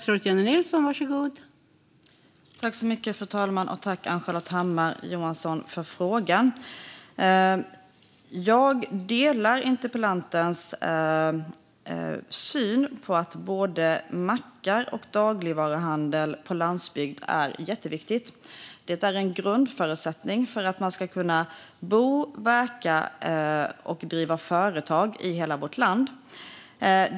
Fru talman! Tack, Ann-Charlotte Hammar Johnsson, för frågan! Jag delar interpellantens syn att det är jätteviktigt med både mackar och dagligvaruhandel på landsbygden. Det är en grundförutsättning för att man ska kunna bo, verka och driva företag i hela vårt land.